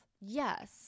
Yes